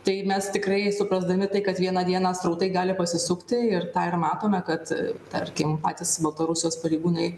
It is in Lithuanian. tai mes tikrai suprasdami tai kad vieną dieną srautai gali pasisukti ir tą ir matome kad tarkim patys baltarusijos pareigūnai